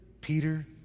Peter